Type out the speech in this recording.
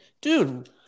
dude